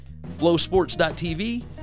flowsports.tv